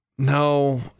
No